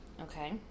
okay